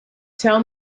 tell